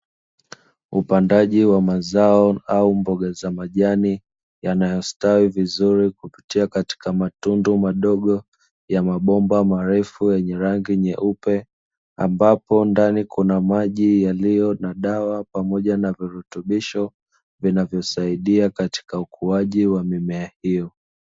Upandaji wa mazao au mboga za majani yanayostawi vizuri kupitia katika matundu madogo ya mabomba marefu, yenye rangi nyeupe ambapo ndani kuna maji yaliyo na dawa pamoja na virutubisho vinavyosidia katika ukuaji wa mimea hiyo.